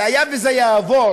והיה וזה יעבור,